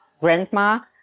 Grandma